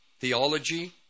theology